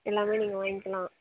எல்லாமே நீங்கள் வாங்கிக்கலாம்